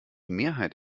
mehrheit